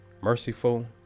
Merciful